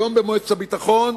היום במועצת הביטחון,